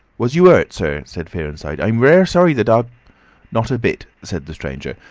was you hurt, sir? said fearenside. i'm rare sorry the darg not a bit, said the stranger.